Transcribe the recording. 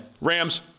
Rams